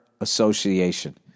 association